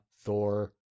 Thor